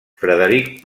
frederic